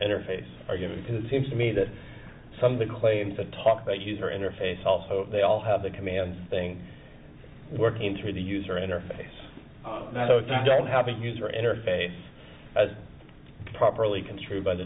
interface argument because seems to me that some of the claims that talk about user interface also they all have the command thing working through the user interface so if you don't have a user interface as properly construed by the